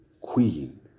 queen